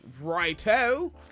righto